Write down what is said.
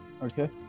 Okay